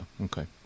okay